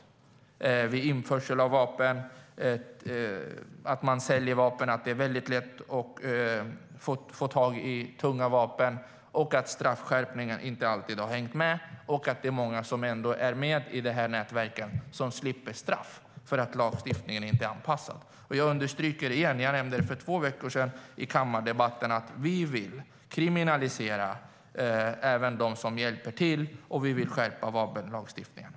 Det kan gälla införsel av vapen, försäljning av vapen och att det är lätt att få tag på tunga vapen. Straffskärpningarna har inte alltid hängt med. Många i nätverken slipper straff därför att lagstiftningen inte har anpassats.